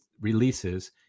Releases